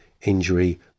injury